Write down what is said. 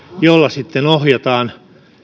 jolla sitten ohjataan